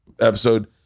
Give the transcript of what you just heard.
episode